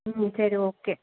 ம் சரி ஓகே